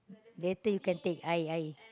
later you can take I I